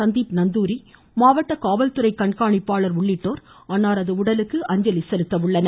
சந்தீப் நந்தூரி மாவட்ட காவல்துறை கண்காணிப்பாளர் உள்ளிட்டோர் அன்னாரது உடலுக்கு அஞ்சலி செலுத்த உள்ளனர்